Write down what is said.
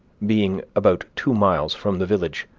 being, about two miles from the village,